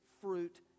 fruit